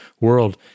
world